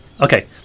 Okay